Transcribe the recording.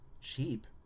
cheap